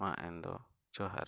ᱢᱟ ᱮᱱᱫᱚ ᱡᱚᱦᱟᱨ